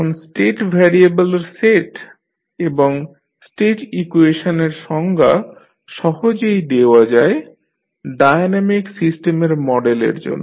এখন স্টেট ভ্যারিয়েবলের সেট এবং সেট ইকুয়েশনের সংজ্ঞা সহজেই দেওয়া যায় ডায়নামিক সিস্টেমের মডেলের জন্য